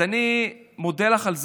אז אני מודה לך גם על זה,